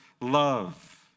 love